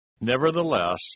Nevertheless